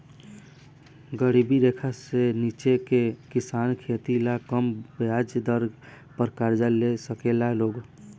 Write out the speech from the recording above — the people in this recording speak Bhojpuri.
गरीबी रेखा से नीचे के किसान खेती ला कम ब्याज दर पर कर्जा ले साकेला लोग